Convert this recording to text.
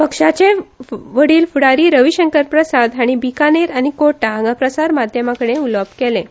पक्षाचे वडील फुडारी रवी शंकर प्रसाद हांणी ब्रीकन आनी कोटा हांगा प्रचार माध्यमां कडेन उलोवप केलें